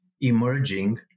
emerging